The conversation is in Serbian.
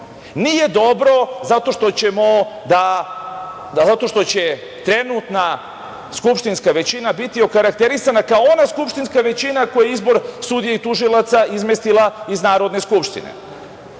Nije dobro zato što će trenutna skupštinska većina biti okarakterisana kao ona skupštinska većina koja je izbor sudija i tužilaca izmestila iz Narodne skupštine. Vi